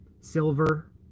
silver